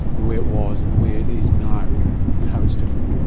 the way it was and the way it is now and how it's different.